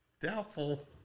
Doubtful